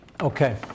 Okay